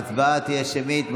ההצבעה תהיה שמית.